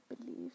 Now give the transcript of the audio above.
believe